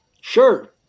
Sure